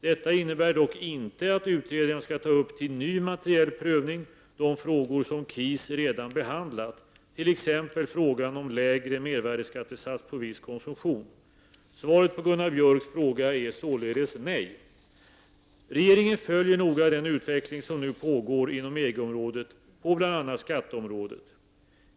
Detta innebär dock inte att utredaren skall ta upp till ny materiell prövning de frågor som KIS redan behandlat, t.ex. frågan om lägre mervärdeskattesats på viss konsumtion. Svaret på Gunnar Björks fråga är således nej. Regeringen följer noga den utveckling som nu pågår inom EG på bl.a. skatteområdet.